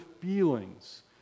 feelings